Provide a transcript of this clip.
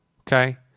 Okay